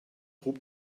hob